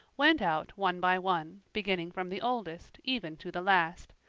went out one by one, beginning from the oldest, even to the last.